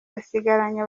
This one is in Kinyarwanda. asigaranye